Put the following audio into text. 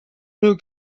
new